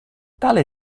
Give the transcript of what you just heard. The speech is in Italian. tale